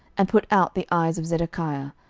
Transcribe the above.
and put out the eyes of zedekiah,